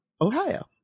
Ohio